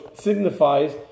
signifies